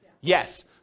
Yes